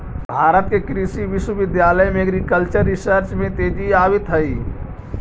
भारत के कृषि विश्वविद्यालय में एग्रीकल्चरल रिसर्च में तेजी आवित हइ